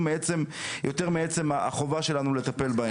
מעצם יותר מעצמם החובה שלנו לטפל בהם.